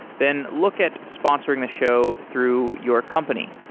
then look at sponsoring the show through your company.